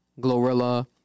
Glorilla